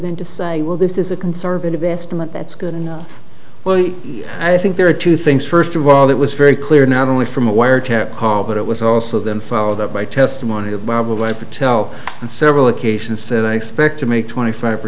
than to say well this is a conservative estimate that's good and well i think there are two things first of all that was very clear not only from a wiretap call but it was also then followed up by testimony of baba by patel and several occasions said i expect to make twenty five per